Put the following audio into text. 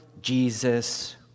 Jesus